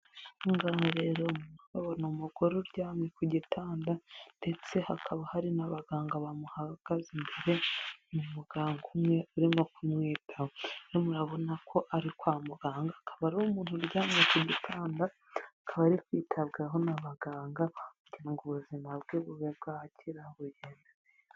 Aha ngaha rero murahabona umugore uryamye ku gitanda ndetse hakaba hari n'abaganga bamuhagaze imbere, umuganga umwe urimo kumwitaho murabona ko ari kwa muganga akaba ari umuntu uryamye ku gitanda, akaba ari kwitabwaho n'abaganga kugirango ubuzima bwe bube bwakira bigende neza.